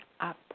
up